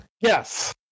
yes